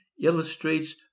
illustrates